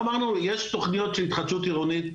אמרנו שיש תוכניות עירונית,